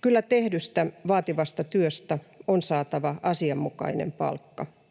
Kyllä tehdystä, vaativasta työstä on saatava asianmukainen palkka.